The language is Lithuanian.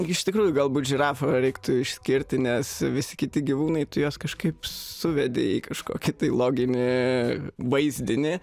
iš tikrųjų galbūt žirafa reiktų išskirti nes visi kiti gyvūnai tu juos kažkaip suvedei į kažkokį tai loginį vaizdinį